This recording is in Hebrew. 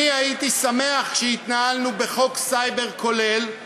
אני הייתי שמח שהתנהלנו בחוק סייבר כולל,